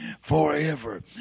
forever